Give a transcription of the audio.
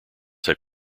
have